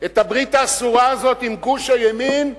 את הברית האסורה הזאת עם גוש הימין,